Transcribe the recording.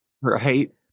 Right